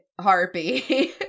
harpy